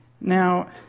Now